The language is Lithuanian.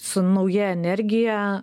su nauja energija